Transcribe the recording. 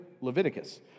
Leviticus